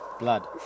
Blood